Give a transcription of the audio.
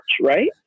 right